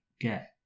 get